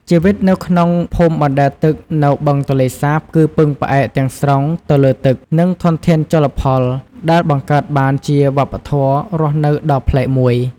ជីវិតនៅក្នុងភូមិបណ្ដែតទឹកនៅបឹងទន្លេសាប គឺពឹងផ្អែកទាំងស្រុងទៅលើទឹក និងធនធានជលផល ដែលបង្កើតបានជាវប្បធម៌រស់នៅដ៏ប្លែកមួយ។